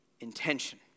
intention